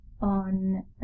on